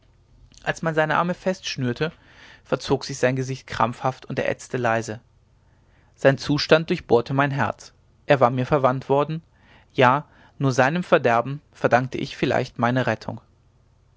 als man seine arme festschnürte verzog sich sein gesicht krampfhaft und er ächzte leise sein zustand durchbohrte mein herz er war mir verwandt worden ja nur seinem verderben verdankte ich vielleicht meine rettung